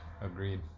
Agreed